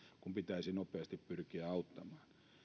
kun pitäisi nopeasti pyrkiä auttamaan